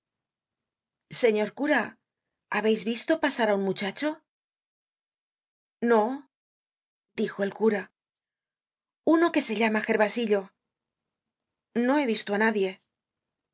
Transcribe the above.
señor cura habeis visto pasar á un muchacho no dijo el cura uno que se llama gervasillo no he visto á nadie